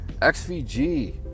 XVG